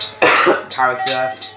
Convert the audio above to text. character